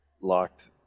locked